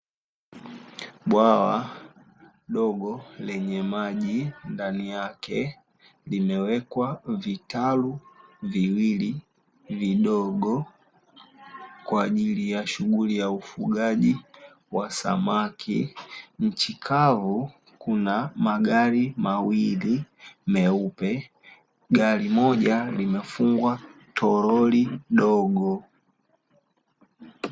Bwawa dogo lenye maji ndani yake limewekwa vitalu viwili vidogo kwa ajili ya shughuli ya ufugaji wa samaki. Nchi kavu magari mawili meupe, gari moja limefungwa toroli dogo.